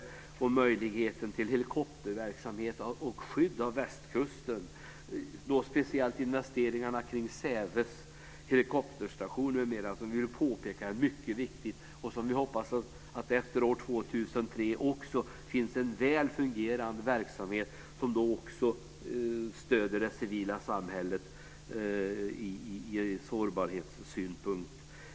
Det gäller möjligheten till helikopterverksamhet på och skydd av västkusten, och speciellt investeringarna kring Säves helikopterstation, som vi vill påpeka är mycket viktig. Vi hoppas att det efter år 2003 finns en väl fungerande verksamhet, som också stöder det civila samhället från sårbarhetssynpunkt.